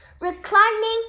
reclining